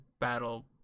battle